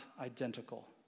identical